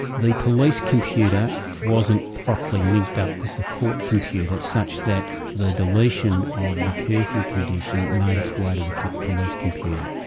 the police computer wasn't properly linked up with the court computer such that the deletion of the curfew condition made its way to the police computer.